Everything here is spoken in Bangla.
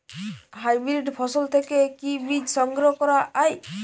হাইব্রিড ফসল থেকে কি বীজ সংগ্রহ করা য়ায়?